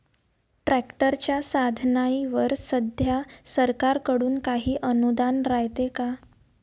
ट्रॅक्टरच्या साधनाईवर सध्या सरकार कडून काही अनुदान रायते का?